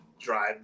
drive